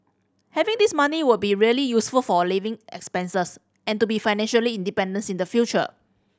having this money will be really useful for a living expenses and to be financially independent in the future